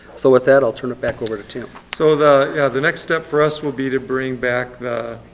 so with that, i'll turn it back over to tim. so the the next step for us will be to bring back the